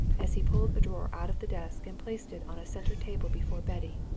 as he pulled a drawer out of the desk and placed it on a centre table before betty.